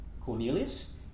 Cornelius